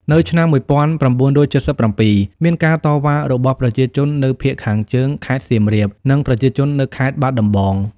នៅឆ្នាំ១៩៧៧ មានការតវ៉ារបស់ប្រជាជននៅភាគខាងជើងខេត្តសៀមរាប និង ប្រជាជននៅខេត្តបាត់ដំបង។